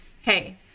Hey